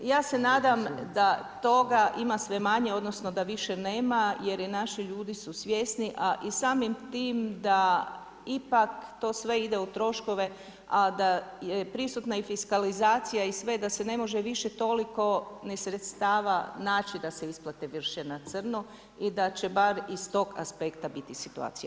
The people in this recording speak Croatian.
Ja se nadam da toga ima sve manje, odnosno da više nema jer i naši ljudi su svjesni a i samim time da ipak to sve ide u troškove a da je prisutna i fiskalizacija i sve i da se ne može više toliko ni sredstava naći da se isplate vrše na crno i da će bar iz tog aspekta biti situacija bolja.